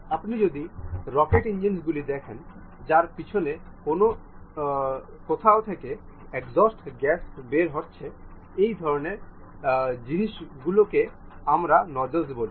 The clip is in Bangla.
আপনি এই ইঞ্জিনের গতি দেখতে পারেন এবং সিঙ্গেল সিলিন্ডার দুঃখিত